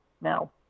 Now